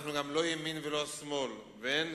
אנחנו לא ימין ולא שמאל ואין